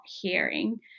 hearing